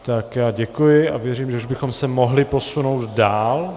Já děkuji a věřím, že už bychom se mohli posunout dál.